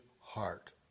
heart